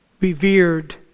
revered